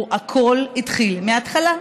הוא התחיל הכול מההתחלה.